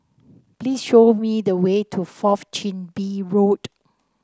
please show me the way to Fourth Chin Bee Road